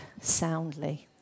soundly